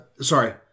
Sorry